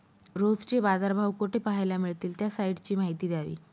रोजचे बाजारभाव कोठे पहायला मिळतील? त्या साईटची माहिती द्यावी